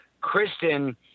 Kristen